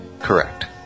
Correct